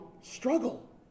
struggle